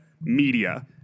media